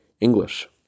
English